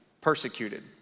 persecuted